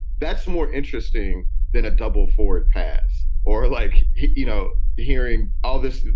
that's more interesting than a double forward pass or like, you know, hearing all this,